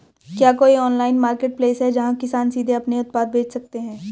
क्या कोई online marketplace है जहां किसान सीधे अपने उत्पाद बेच सकते हैं?